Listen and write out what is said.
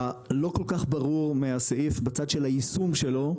לא כל כך ברור מהסעיף בצד של היישום שלו,